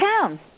town